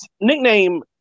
nickname